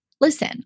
listen